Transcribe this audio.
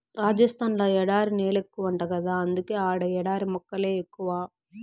రాజస్థాన్ ల ఎడారి నేలెక్కువంట గదా అందుకే ఆడ ఎడారి మొక్కలే ఎక్కువ